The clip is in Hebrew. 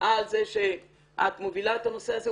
על זה שאת מובילה את הנושא הזה,